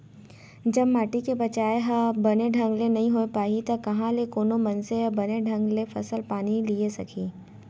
जब माटी के बचाय ह बने ढंग ले नइ होय पाही त कहॉं ले कोनो मनसे ह बने ढंग ले फसल पानी लिये सकही